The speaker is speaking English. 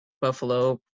Buffalo